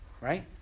right